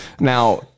Now